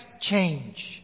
change